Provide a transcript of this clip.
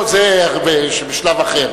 לא, זה בשלב אחר.